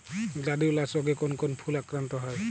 Gladiolus রোগে কোন কোন ফুল আক্রান্ত হয়?